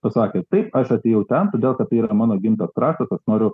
pasakė taip aš atėjau ten todėl kad tai yra mano gimtas kraštas aš noriu